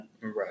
Right